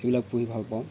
এইবিলাক পুহি ভাল পাওঁ